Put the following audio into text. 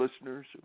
listeners